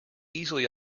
easily